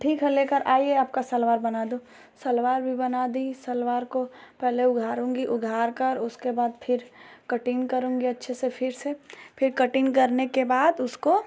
ठीक है लेकर आइए आपका सलवार बना दूँ सलवार भी बना दी सलवार को पहले उघाड़ूँगी उघाड़कर उसके बाद फिर कटिन्ग करूँगी अच्छे से फिर से फिर कटिन्ग करने के बाद उसको